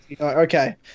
Okay